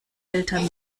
eltern